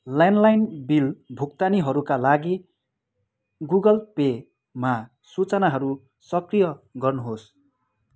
landline bill भुक्तानीहरूका लागि Google पेमा सूचनाहरू सक्रिय गर्नुहोस्